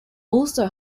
also